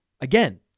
again